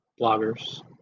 bloggers